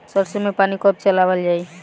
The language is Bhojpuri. सरसो में पानी कब चलावल जाई?